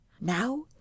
Now